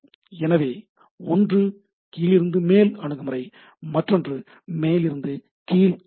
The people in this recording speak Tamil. எனவே ஒன்று கீழிருந்து மேல் அணுகுமுறை மற்றொன்று மேலிருந்து கீழ் அணுகுமுறை